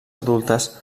adultes